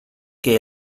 que